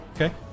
Okay